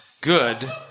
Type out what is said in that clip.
Good